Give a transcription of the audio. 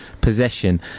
possession